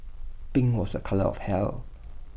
pink was A colour of health